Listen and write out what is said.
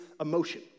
emotion